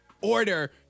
order